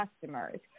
customers